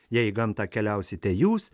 jei į gamtą keliausite jūs